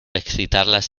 excitarlas